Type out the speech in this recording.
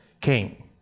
came